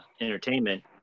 entertainment